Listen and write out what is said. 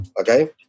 okay